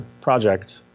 project